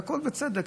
והכול בצדק,